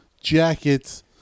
jackets